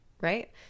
right